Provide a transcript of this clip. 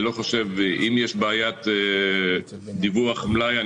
אם יש בעיית דיווח מלאי,